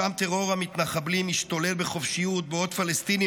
שם טרור המתנחבלים משתולל בחופשיות בעוד פלסטינים